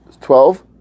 twelve